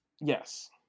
Yes